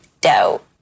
doubt